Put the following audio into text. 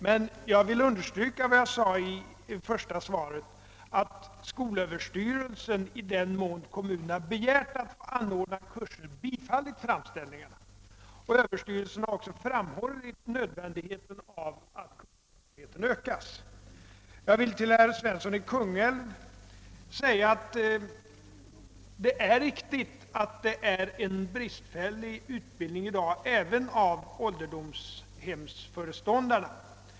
Men jag vill understryka vad jag sade i svaret, att skolöverstyrelsen i den mån kommunerna begärt att få anordna kurser har bifallit framställningarna. Överstyrelsen har också framhållit nödvändigheten av att denna kursverksamhet utökas. Jag vill till herr Svensson i Kungälv säga att det är riktigt att ålderdomshemsföreståndarna i dag har en bristfällig utbildning.